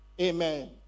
Amen